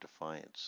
defiance